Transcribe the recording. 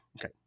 okay